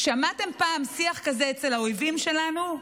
שמעתם פעם שיח כזה אצל האויבים שלנו?